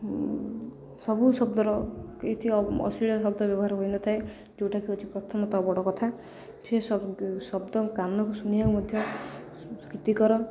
ସବୁ ଶବ୍ଦର କିଛି ଅଶ୍ଲିଳ ଶବ୍ଦ ବ୍ୟବହାର ହୋଇନଥାଏ ଯୋଉଟାକି ହେଉଛି ପ୍ରଥମତଃ ବଡ଼ କଥା ସେ ଶବ୍ଦ କାନକୁ ଶୁଣିବାକୁ ମଧ୍ୟ ସୃତିିକର